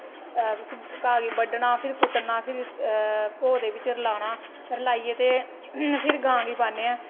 घाऽ गी बड्ढना फिर कुतरना फिर भोऽ दे बिच रलाना रलाइयै ते फिर गांऽ गी पाने आं